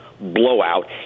blowout